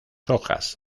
hojas